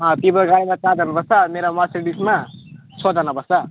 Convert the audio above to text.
अँ तिम्रो गाडीमा चारजना बस्छ मेरो मर्सिडिजमा छजना बस्छ